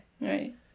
right